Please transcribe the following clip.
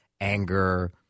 anger